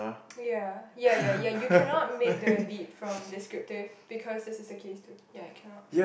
ya ya ya ya you cannot make the leap from descriptive because this is a case too ya cannot